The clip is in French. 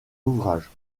ouvrage